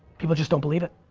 people just don't believe it.